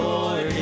Lord